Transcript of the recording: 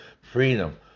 freedom